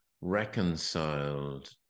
reconciled